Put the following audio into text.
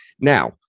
Now